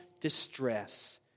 distress